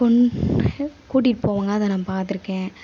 கொண்டு கூட்டிகிட்டு போவாங்க அதை நான் பார்த்துருக்கேன்